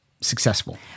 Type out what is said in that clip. successful